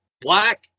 black